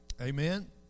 Amen